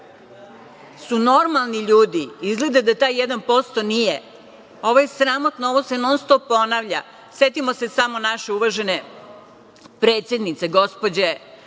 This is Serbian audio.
su normalni ljudi, izgleda da taj jedan posto nije. Ovo je sramotno, ovo se non-stop ponavlja. Setimo se samo naše uvažene predsednice, gospođe